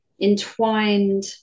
Entwined